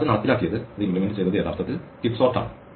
അത് നടപ്പിലാക്കിയത് യഥാർത്ഥത്തിൽ ക്വിക്ക്സോർട്ട് ആണ്